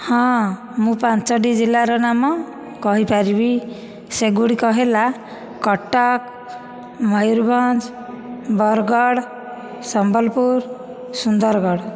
ହଁ ମୁଁ ପାଞ୍ଚୋଟି ଜିଲ୍ଲାର ନାମ କହିପାରିବି ସେ ଗୁଡ଼ିକ ହେଲା କଟକ ମୟୂରଭଞ୍ଜ ବରଗଡ଼ ସମ୍ବଲପୁର ସୁନ୍ଦରଗଡ଼